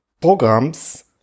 programs